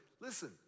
listen